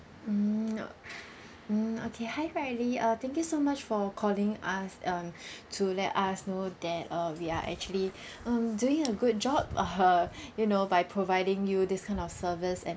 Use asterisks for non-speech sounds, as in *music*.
mm oh *breath* mm okay hi riley uh thank you so much for calling us um *breath* to let us know that uh we are actually *breath* um doing a good job (uh huh) *breath* you know by providing you this kind of service and